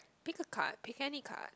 pick a card pick any card